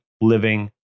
living